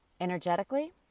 energetically